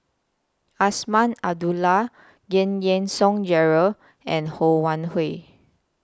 Azman Abdullah Giam Yean Song Gerald and Ho Wan Hui